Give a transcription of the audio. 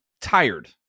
tired